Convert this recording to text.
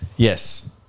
Yes